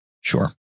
Sure